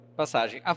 passagem